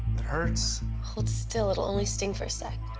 that hurts. hold still. it'll only sting for a sec.